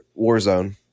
Warzone